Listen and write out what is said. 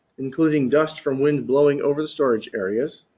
including dust from wind blowing over the storage areas.